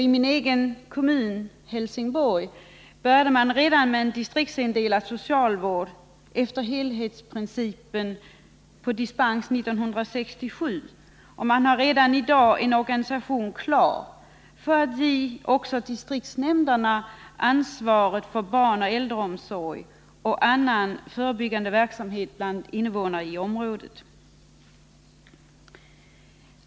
I min egen kommun, Helsingborg, började man med en distriktsindelad socialvård efter helhetsprincipen på dispens redan 1967, och man har i dag en organisation klar för att ge också distriktsnämnderna ansvaret för barnoch äldreomsorg och annan förebyggande verksamhet bland invånare i området.